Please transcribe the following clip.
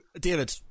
David